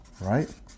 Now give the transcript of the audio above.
right